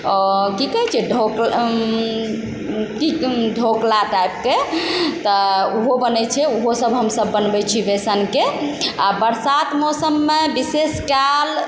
की कहै छै की कहै छै ढ़ोकला टाइपके तऽ ओहो बनै छै ओहो सब हमसब बनबै छी बेसनके आओर बरसात मौसममे विशेषकाल